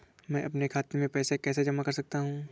मैं अपने खाते में पैसे कैसे जमा कर सकता हूँ?